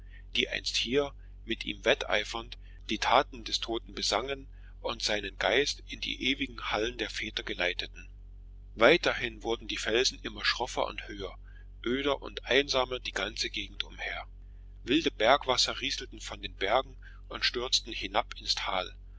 die einst hier mit ihm wetteifernd die taten des toten besangen und seinen geist in die ewigen hallen der väter geleiteten weiterhin wurden die felsen immer schroffer und höher öder und einsamer die ganze gegend umher wilde bergwasser rieselten von allen bergen und stürzten hinab ins tal